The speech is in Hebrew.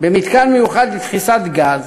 במתקן מיוחד לדחיסת גז.